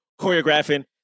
Choreographing